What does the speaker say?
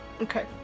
Okay